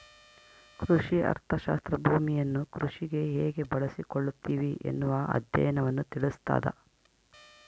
ಕೃಷಿ ಅರ್ಥಶಾಸ್ತ್ರ ಭೂಮಿಯನ್ನು ಕೃಷಿಗೆ ಹೇಗೆ ಬಳಸಿಕೊಳ್ಳುತ್ತಿವಿ ಎನ್ನುವ ಅಧ್ಯಯನವನ್ನು ತಿಳಿಸ್ತಾದ